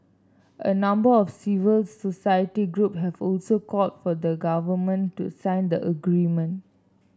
a number of civil society group have also called for the government to sign the agreement